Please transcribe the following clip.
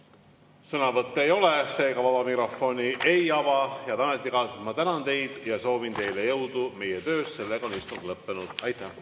Sõnavõtte ei ole, seega vaba mikrofoni ei ava. Head ametikaaslased, ma tänan teid ja soovin teile jõudu meie töös. Istung on lõppenud. Aitäh